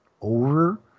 over